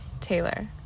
taylor